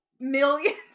millions